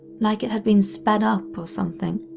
like it had been sped up or something.